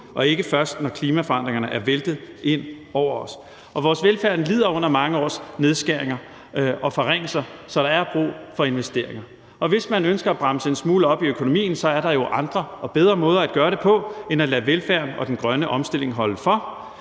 og ikke først, når klimaforandringerne er væltet ind over os. Og vores velfærd lider under mange års nedskæringer og forringelser, så der er brug for investeringer. Og hvis man ønsker at bremse en smule op i økonomien, er der jo andre og bedre måder at gøre det på end ved at lade velfærden og den grønne omstilling holde for.